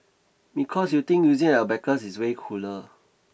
because you think using an abacus is way cooler